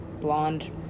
blonde